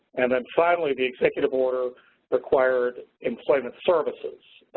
and then finally, the executive order required employment services.